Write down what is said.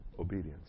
Obedience